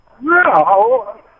No